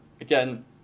Again